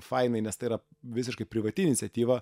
fainai nes tai yra visiškai privati iniciatyva